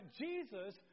Jesus